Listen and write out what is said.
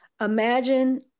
imagine